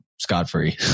scot-free